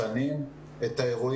שאלה שנייה.